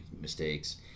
mistakes